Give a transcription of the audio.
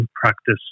practice